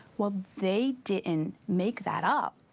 well, they didn't make that up.